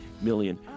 million